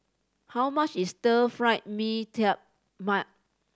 how much is Stir Fry Mee Tai Mak